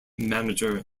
manager